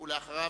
אחריו,